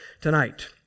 tonight